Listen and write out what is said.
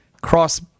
cross